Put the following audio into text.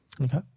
Okay